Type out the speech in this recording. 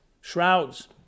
Shrouds